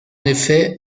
effet